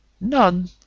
None